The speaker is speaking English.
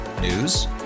News